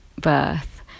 birth